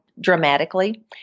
dramatically